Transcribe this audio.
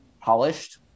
polished